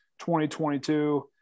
2022